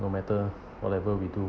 no matter whatever we do